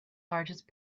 largest